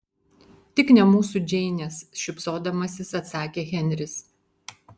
tik ne mūsų džeinės šypsodamasis atsakė henris